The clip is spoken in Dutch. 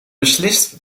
beslist